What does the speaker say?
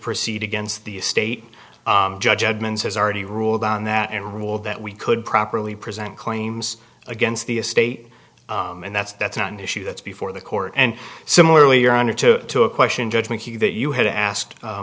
proceed against the state judge edmonds has already ruled on that and ruled that we could properly present claims against the estate and that's that's not an issue that's before the court and similarly your honor to to a question judgment here that you ha